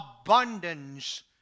abundance